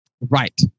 Right